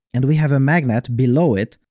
and we have a magnet below it,